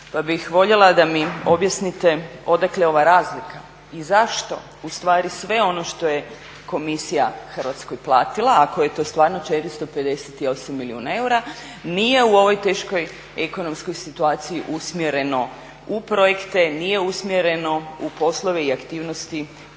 pa bih voljela da mi objasnite odakle ova razlika i zašto ustvari sve ono što je komisija Hrvatskoj platila, ako je to stvarno 458 milijuna eura, nije u ovoj teškoj ekonomskoj situaciji usmjereno u projekte, nije usmjereno u poslove i aktivnosti